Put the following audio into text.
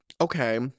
Okay